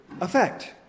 effect